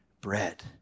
Bread